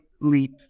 leap